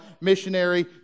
missionary